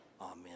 Amen